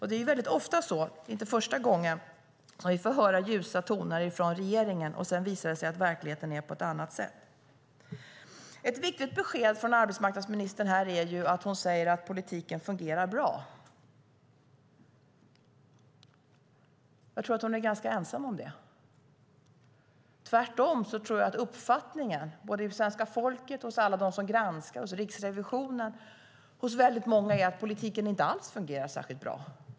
Det är inte första gången som vi får höra ljusa toner från regeringen och det sedan visar sig att verkligheten är på ett annat sätt. Ett viktigt besked från arbetsmarknadsministern här är att politiken fungerar bra. Jag tror att hon är ganska ensam om att tycka det. Tvärtom tror jag att uppfattningen hos svenska folket, hos alla dem som granskar och hos Riksrevisionen är att politiken inte alls fungerar särskilt bra.